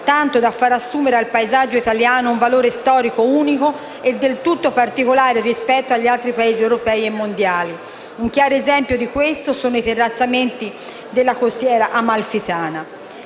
tanto da far assumere al paesaggio italiano un valore storico unico e del tutto particolare rispetto agli altri Paesi europei e mondiali. Un chiaro esempio di questo sono i terrazzamenti della costiera amalfitana.